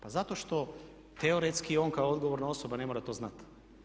Pa zato što teoretski on kao odgovorna osoba ne mora to znat.